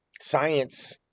science